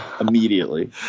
immediately